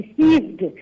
deceived